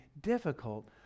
difficult